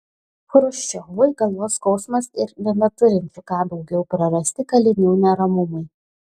chruščiovui galvos skausmas ir nebeturinčių ką daugiau prarasti kalinių neramumai